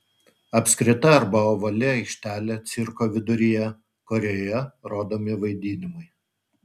apskrita arba ovali aikštelė cirko viduryje kurioje rodomi vaidinimai